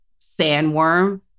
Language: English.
sandworm